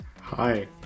Hi